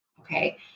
Okay